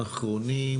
יהודי,